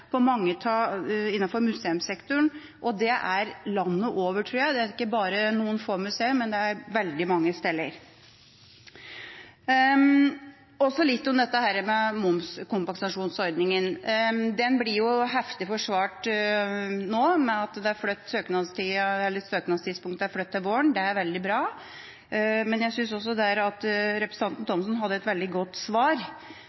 på, at det er et kjempeetterslep innenfor museumssektoren. Det tror jeg gjelder landet over, og ikke bare for noen få museer, men veldig mange steder. Så litt om momskompensasjonsordningen. Den blir jo heftig forsvart nå i og med at søknadstidspunktet er flyttet til våren. Det er veldig bra. Men jeg synes også der at representanten Thomsen hadde et veldig godt svar,